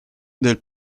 del